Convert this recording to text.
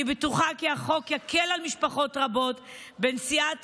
אני בטוחה כי החוק יקל על משפחות רבות בנשיאת